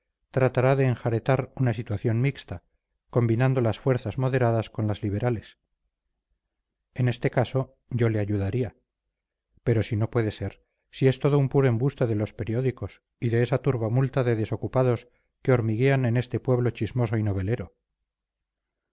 tratará de enjaretar una situación mixta combinando las fuerzas moderadas con las liberales en este caso yo le ayudaría pero si no puede ser si es todo un puro embuste de los periódicos y de esa turbamulta de desocupados que hormiguean en este pueblo chismoso y novelero